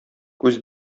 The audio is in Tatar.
күз